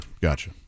gotcha